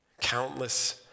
countless